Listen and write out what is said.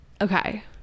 Okay